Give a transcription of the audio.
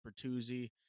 Bertuzzi